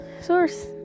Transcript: source